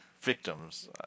victims